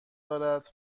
دارد